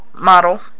model